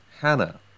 Hannah